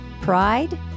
pride